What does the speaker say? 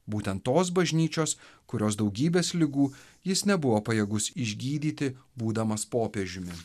būtent tos bažnyčios kurios daugybės ligų jis nebuvo pajėgus išgydyti būdamas popiežiumi